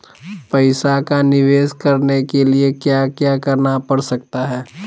पैसा का निवेस करने के लिए क्या क्या करना पड़ सकता है?